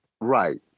Right